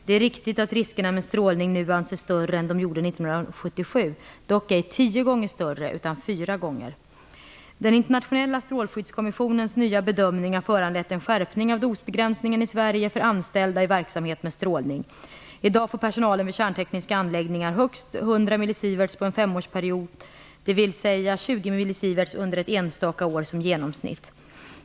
Det är riktigt att riskerna med strålning nu anses större än de gjorde 1977, dock ej 10 Den internationella strålskyddskommissionens nya bedömning har föranlett en skärpning av dosbegränsningen i Sverige för anställda i verksamhet med strålning. I dag får personalen vid kärntekniska anläggningar högst 100 mSv på en femårsperiod; dvs. 20 mSv under ett enstaka år som genomsnitt.